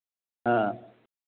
हाँ